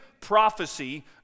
prophecy